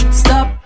stop